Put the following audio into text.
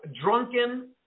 drunken